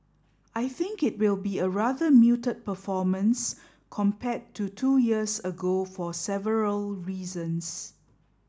I think it will be a rather muted performance compared to two years ago for several reasons